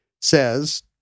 says